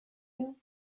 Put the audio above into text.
you